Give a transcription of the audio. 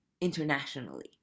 internationally